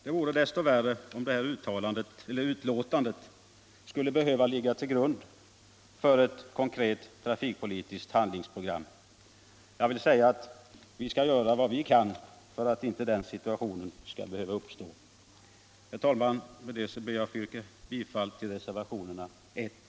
Det vore desto värre om det här betänkandet skulle behöva ligga till grund för ett konkret trafikpolitiskt handlingsprogram. Jag vill säga att vi kommer att göra vad vi kan för att inte den situationen skall behöva uppstå. Herr talman! Med detta ber jag att få yrka bifall till reservationerna 1 och 3.